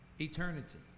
Eternity